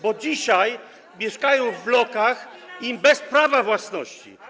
Bo dzisiaj mieszkają oni w blokach, bez prawa własności.